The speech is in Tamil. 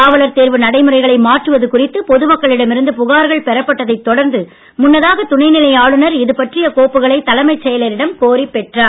காவலர் தேர்வு நடைமுறைகளை மாற்றுவது குறித்து பொது மக்களிடம் இருந்து புகார்கள் பெறப்பட்டதைத் தொடர்ந்து முன்னதாக துணை நிலை ஆளுநர் இதுபற்றிய கோப்புக்களை தலைமைச் செயலரிடம் கோரி பெற்றார்